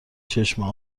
چشمه